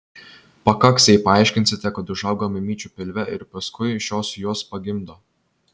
pakaks jei paaiškinsite kad užauga mamyčių pilve ir paskui šios juos pagimdo